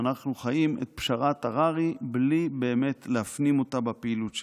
אנחנו חיים את פשרת הררי בלי באמת להפנים אותה בפעילות שלנו.